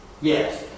Yes